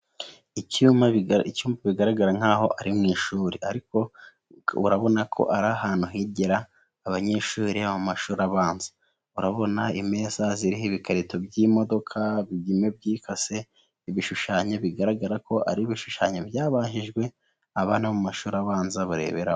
Icyumba bigaragara nk'aho ari mu ishuri ariko urabona ko ari ahantu higira abanyeshuri bo mu mashuri abanza, urabona imeza ziriho ibikarito by'imodoka byikase, ibishushanyo bigaragara ko ari ibishushanyo byabajijwe abana mu mashuri abanza barebera.